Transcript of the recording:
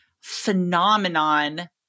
phenomenon